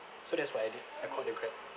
so that's what I did I called the Grab